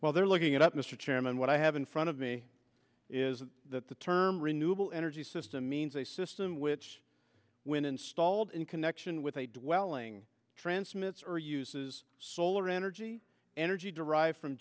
well they're looking it up mr chairman what i have in front of me is that the term renewable energy system means a system which when installed in connection with a dwelling transmits or uses solar energy energy derived from